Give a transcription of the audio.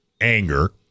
anger